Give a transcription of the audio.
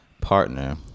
partner